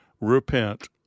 repent